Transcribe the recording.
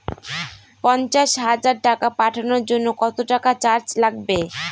পণ্চাশ হাজার টাকা পাঠানোর জন্য কত টাকা চার্জ লাগবে?